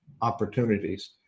opportunities